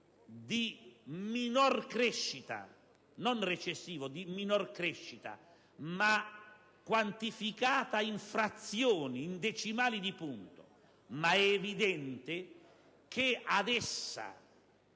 effetto, non recessivo ma di minor crescita, quantificata in frazioni, in decimali di punto, ma è evidente che ad essa